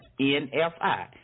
NFI